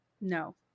No